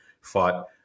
fought